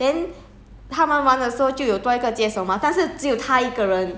三 I think 三个朋友三个人一起去做工 then